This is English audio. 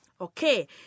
Okay